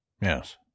Yes